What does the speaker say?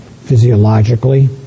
physiologically